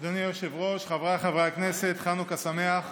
אדוני היושב-ראש, חבריי חברי הכנסת, חנוכה שמח,